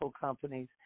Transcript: companies